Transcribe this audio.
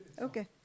Okay